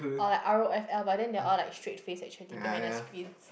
or like r_o_f_l but then they are all like straight face actually behind the screens